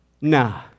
nah